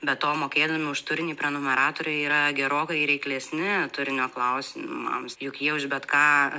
be to mokėdami už turinį prenumeratoriai yra gerokai reiklesni turinio klausimams juk jie už bet ką